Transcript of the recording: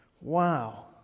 Wow